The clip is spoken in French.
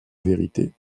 vérité